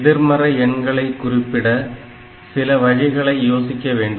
எதிர்மறை எண்களை குறிப்பிட சில வழிகளை யோசிக்க வேண்டும்